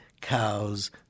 cows